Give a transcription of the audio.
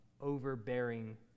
overbearing